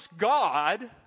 God